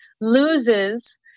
loses